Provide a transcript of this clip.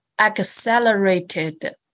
accelerated